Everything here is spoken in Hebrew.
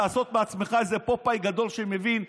לעשות מעצמך איזה פופאי גדול שמבין?